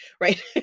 right